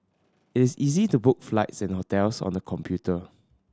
is easy to book flights and hotels on the computer